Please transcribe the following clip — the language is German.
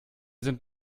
sind